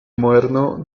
moderno